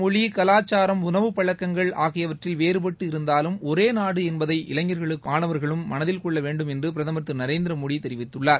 மொழி கலாச்சாரம் உணவுப்பழக்கங்கள் ஆகியவற்றில் வேறுபட்டு இருந்தாலும் ஒரே நமது நாடு என்பதை இளைஞர்களும் மாணவர்களும் மனதில் கொள்ள வேண்டும் என்று பிரதமர் திரு நாடு நரேந்திரமோடி தெரிவித்துள்ளார்